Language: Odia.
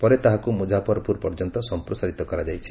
ପରେ ତାହାକୁ ମୁଜାଫରପୁର ପର୍ଯ୍ୟନ୍ତ ସମ୍ପ୍ରସାରିତ କରାଯାଇଛି